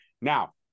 Now